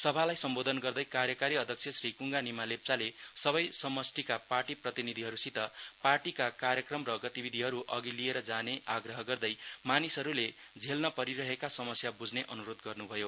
सभालाई सम्बोधन गर्दै कार्यकारी अध्यक्ष श्री कुङ्ग निमा लेप्चाले सबै समष्ठीका पार्टी प्रतिनिधिहरुसित पार्टीका क्रायक्रम र गतिविधिहरु अघि लिएर जाने आग्रह गर्दै मानिसहरुले झेल्नपरिरहेका समस्य बुझने अनुरोध गर्नु भयो